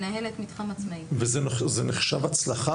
וזה נחשב הצלחה,